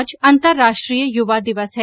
आज अंतरराष्ट्रीय युवा दिवस है